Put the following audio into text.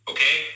Okay